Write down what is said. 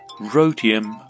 rhodium